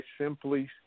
simply